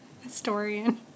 historian